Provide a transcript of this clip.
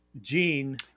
Gene